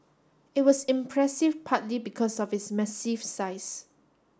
it was impressive partly because of its massive size